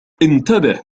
انتبه